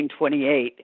1928